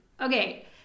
okay